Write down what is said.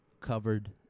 covered